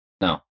No